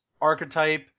archetype